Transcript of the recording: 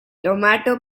tomato